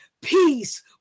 peace